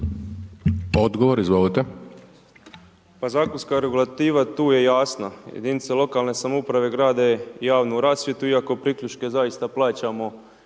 Odgovor, izvolite.